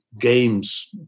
games